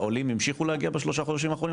העולים המשיכו להגיע בשלושה חודשים האחרונים,